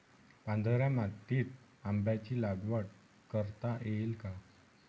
पांढऱ्या मातीत आंब्याची लागवड करता येईल का?